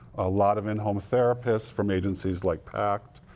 a lot of in home therapies, from agencies like pact,